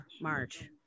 March